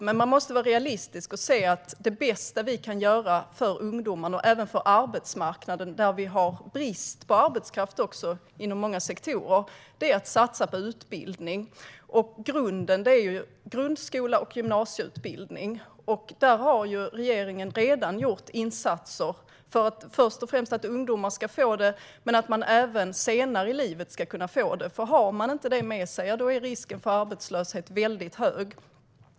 Men man måste vara realistisk och se att det bästa vi kan göra för ungdomarna och även för arbetsmarknaden, där vi har brist på arbetskraft inom många sektorer, är att satsa på utbildning. Och grunden är grundskola och gymnasieutbildning. Regeringen har redan gjort insatser för att först och främst ungdomar ska få den utbildningen men även för att man senare i livet ska kunna få den. Har man inte den med sig är risken för arbetslöshet väldigt hög.